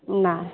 नहि